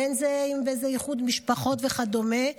בין אם זה באיחוד משפחות וכדומה,